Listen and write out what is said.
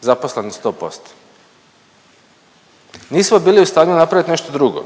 zaposlenost 100%. Nismo bili u stanju napravit nešto drugo.